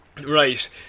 Right